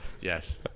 yes